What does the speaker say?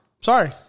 Sorry